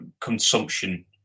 consumption